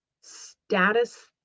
status